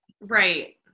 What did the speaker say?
Right